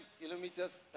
kilometers